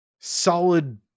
solid